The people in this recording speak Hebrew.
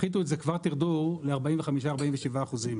תפחיתו את זה כבר תרדו ל-45-47 אחוזים,